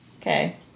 Okay